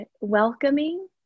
welcoming